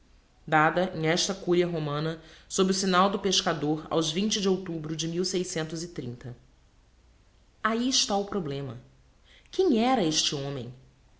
dada em esta curia romana sob o signal do pescador aos de outubro de ahi está o problema quem era este homem